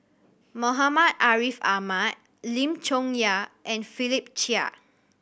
Muhammad Ariff Ahmad Lim Chong Yah and Philip Chia